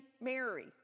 Mary